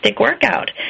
workout